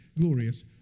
glorious